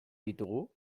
ditugu